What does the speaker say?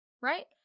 right